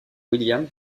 william